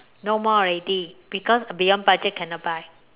no more already because beyond budget cannot buy